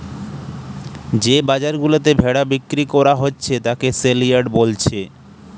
যে বাজার গুলাতে ভেড়া বিক্রি কোরা হচ্ছে তাকে সেলইয়ার্ড বোলছে